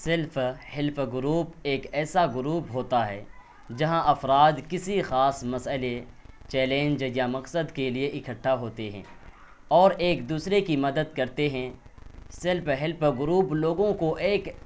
self help group ایک ایسا group ہوتا ہے جہاں افراد کسی خاص مسئلے چیلنچ یا مقصد کے لیے اکٹھا ہوتے ہیں اور ایک دوسرے کی مدد کرتے ہیں سیلف ہیلپ گروپ لوگوں کو ایک